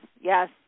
yes